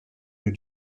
nous